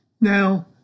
now